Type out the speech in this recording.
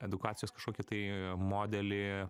edukacijos kažkokį tai modelį